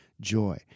joy